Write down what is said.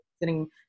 sitting